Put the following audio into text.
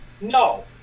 No